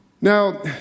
Now